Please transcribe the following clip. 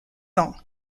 ans